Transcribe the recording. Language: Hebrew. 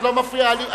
את לא מפריעה לי.